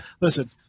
listen